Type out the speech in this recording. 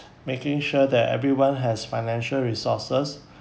making sure that everyone has financial resources